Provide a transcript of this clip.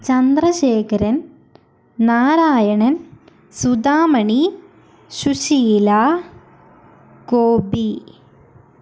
Chandrasekharan Narayanan Sudhamani Susheela Gopi